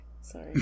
Sorry